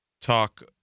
talk